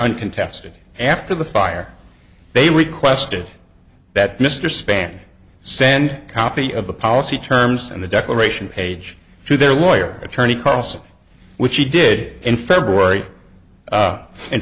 uncontested after the fire they requested that mr spann send a copy of the policy terms and the declaration page to their lawyer attorney carlson which he did in february